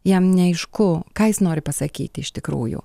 jam neaišku ką jis nori pasakyti iš tikrųjų